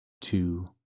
two